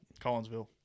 Collinsville